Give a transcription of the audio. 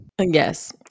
Yes